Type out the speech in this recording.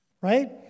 right